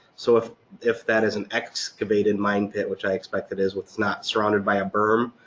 so if if that is an excavated mine pit, which i expect it is, what's not surrounded by a berm,